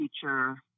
teacher